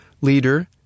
leader